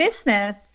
business